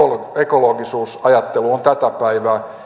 ekologisuusajattelu on tätä päivää